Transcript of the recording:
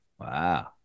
Wow